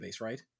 right